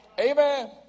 Amen